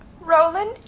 Roland